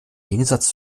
gegensatz